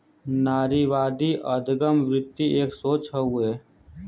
नारीवादी अदगम वृत्ति एक सोच हउए